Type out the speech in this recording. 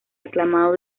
aclamado